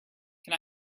can